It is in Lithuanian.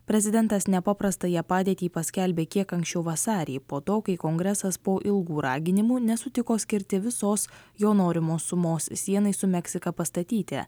prezidentas nepaprastąją padėtį paskelbė kiek anksčiau vasarį po to kai kongresas po ilgų raginimų nesutiko skirti visos jo norimos sumos sienai su meksika pastatyti